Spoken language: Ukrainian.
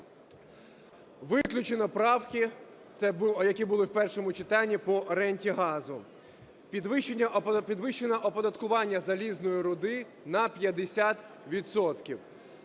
Виключено правки, які були в першому читанні, по ренті газу. Підвищено оподаткування залізної руди на 50